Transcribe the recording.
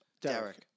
Derek